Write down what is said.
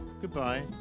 goodbye